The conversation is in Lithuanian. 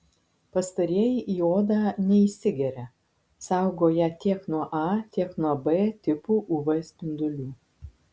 pastarieji į odą neįsigeria saugo ją tiek nuo a tiek nuo b tipų uv spindulių